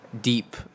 Deep